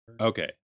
Okay